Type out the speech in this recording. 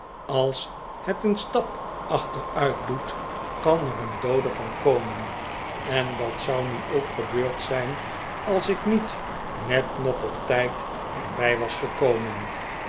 als het een stap achteruit doet r kan er een doode van komen en dat zou nu ook gebeurd zijn als ik niet net nog op tijd er bij was gekomen